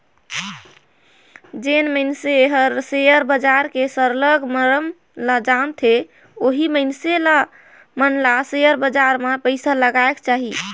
जेन मइनसे हर सेयर बजार के सरलग मरम ल जानथे ओही मइनसे मन ल सेयर बजार में पइसा लगाएक चाही